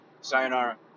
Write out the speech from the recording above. Sayonara